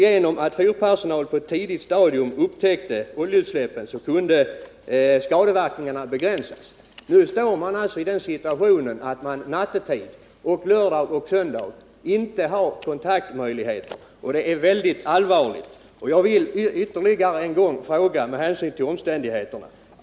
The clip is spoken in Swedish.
Genom att fyrpersonal på ett tidigt stadium upptäckt oljeutsläppen har skadeverkningarna kunnat begränsas. Nu befinner man sig i den situationen att man nattetid och lördagar och söndagar inte har kontaktmöjligheter. Det är mycket allvarligt.